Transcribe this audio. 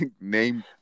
name